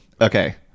okay